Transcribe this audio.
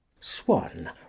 Swan